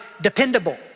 dependable